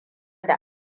da